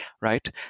right